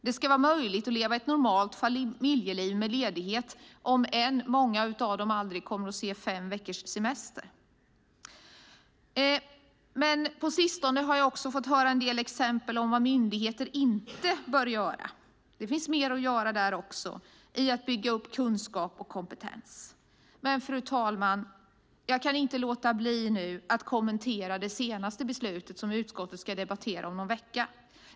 Det ska vara möjligt att leva ett normalt familjeliv med ledighet, även om många av dem aldrig kommer att få uppleva fem veckors semester. På sistone har jag fått höra en del exempel på vad myndigheter inte bör göra. Det finns mer att göra för att bygga upp kunskap och kompetens. Fru talman! Jag kan inte låta bli att kommentera det senaste beslutet som utskottet ska debattera om någon vecka.